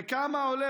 וכמה עולה,